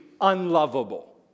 unlovable